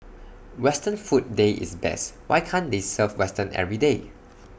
western food day is best why can't they serve western everyday